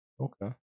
Okay